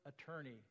attorney